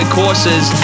courses